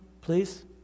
please